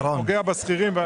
פוגע בשכירים.